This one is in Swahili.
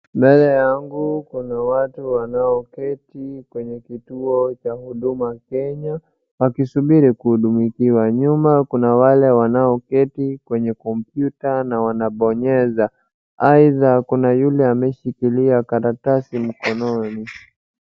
Mbele yangu kuna watu wanaeketi kwenye kituo cha huduma Kenya wakisubiri kuhudumikiwa. Nyuma kuna wanaoketi kwenye kompyuta na wanabonyeza. Aidha, kuna yule alimeshika karatasi mkononi.